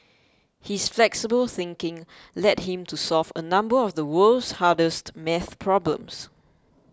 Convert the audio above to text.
his flexible thinking led him to solve a number of the world's hardest maths problems